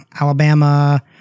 Alabama –